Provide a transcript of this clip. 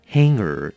Hanger